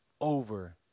over